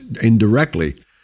indirectly